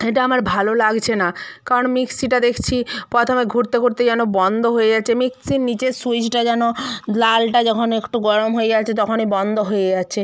এটা আমার ভালো লাগছে না কারণ মিক্সিটা দেখছি প্রথমে ঘুরতে ঘুরতে যেন বন্ধ হয়ে যাচ্ছে মিক্সির নিচের সুইচটা যেন লালটা যখন একটু গরম হয়ে যাচ্ছে তখনই বন্ধ হয়ে যাচ্ছে